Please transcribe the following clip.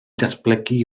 datblygu